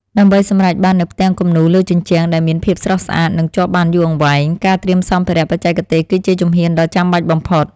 ដើម្បីសម្រេចបាននូវផ្ទាំងគំនូរលើជញ្ជាំងដែលមានភាពស្រស់ស្អាត និងជាប់បានយូរអង្វែង ការត្រៀមសម្ភារៈបច្ចេកទេសគឺជាជំហានដ៏ចាំបាច់បំផុត។